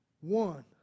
One